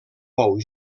bou